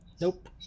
nope